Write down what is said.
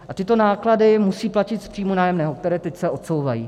A tyto náklady musí platit z příjmu nájemného, které teď se odsouvají.